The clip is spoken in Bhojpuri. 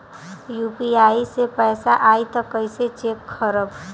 यू.पी.आई से पैसा आई त कइसे चेक खरब?